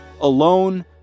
alone